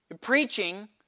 Preaching